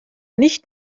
nicht